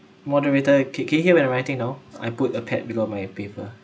moderator ca~ can you hear my writing now I put a pad below my paper